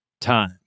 time